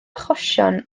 achosion